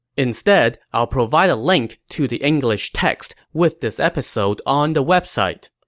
instead, i'll provide a link to the english text with this episode on the website.